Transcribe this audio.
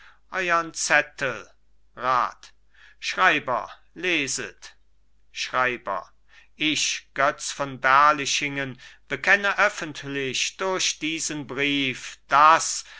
euern zettel rat schreiber leset schreiber ich götz von berlichingen bekenne öffentlich durch diesen brief daß